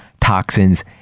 toxins